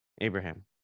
Abraham